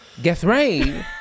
Gethrain